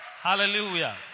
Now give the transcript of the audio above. Hallelujah